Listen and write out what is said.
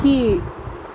கீழ்